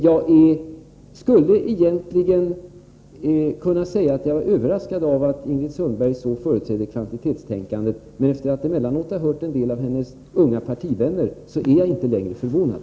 Jag skulle egentligen kunna säga att jag är överraskad av att Ingrid Sundberg så ensidigt företräder kvantitetstänkandet, men efter att emellanåt ha hört en del av hennes unga partivänner är jag inte längre förvånad.